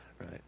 right